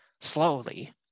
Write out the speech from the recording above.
slowly